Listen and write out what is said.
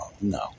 no